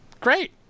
great